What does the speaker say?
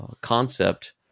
concept